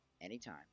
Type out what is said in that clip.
anytime